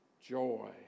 joy